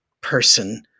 person